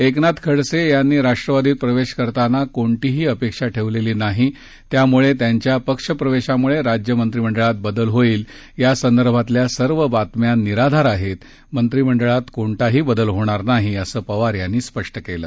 एकनाथ खडसे यांनी राष्ट्रवादीत प्रवेश करताना कोणतीही अपेक्षा ठेवलेली नाही त्यामुळे त्यांच्या पक्ष प्रवेशामुळे राज्य मंत्रिमंडळात बदल होईल यासंदर्भातल्या सर्व बातम्या निराधार आहेत मंत्रिमंडळात कोणताही बदल होणार नाही असंही पवार यांनी स्पष्ट केलं